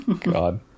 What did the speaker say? God